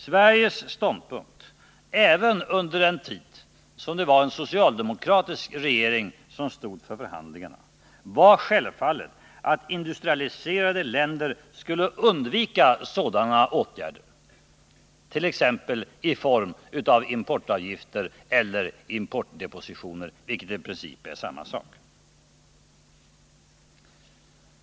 Sveriges ståndpunkt — även under den tid då en socialdemokratisk regering stod för förhandlingarna — var självfallet att industrialiserade länder skulle undvika sådana åtgärder, exempelvis åtgärder i form av importavgifter eller importdepositioner, vilket i princip är samma sak.